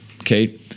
okay